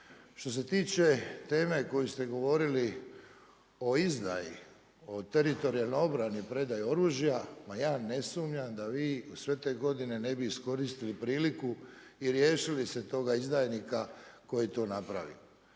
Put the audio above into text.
Što se tiče teme o kojoj ste govorili o izdaji, o Teritorijalnoj obrani, predaji oružja, ma ja ne sumnjam da vi sve te godine ne bi iskoristili priliku i riješili se toga izdajnika koji je to napravio.